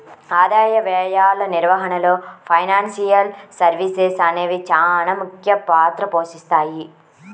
ఆదాయ వ్యయాల నిర్వహణలో ఫైనాన్షియల్ సర్వీసెస్ అనేవి చానా ముఖ్య పాత్ర పోషిత్తాయి